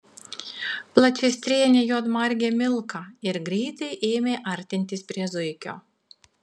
plačiastrėnė juodmargė milka ir greitai ėmė artintis prie zuikio